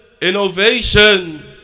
innovation